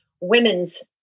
women's